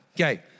Okay